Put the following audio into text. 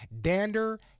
dander